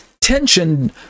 tension